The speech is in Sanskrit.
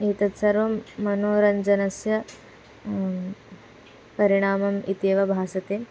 एतत् सर्वं मनोरञ्जनस्य परिणामम् इत्येव भासते